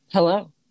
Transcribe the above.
Hello